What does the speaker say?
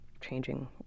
changing